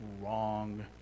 wrong